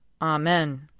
Amen